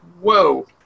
whoa